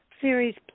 Series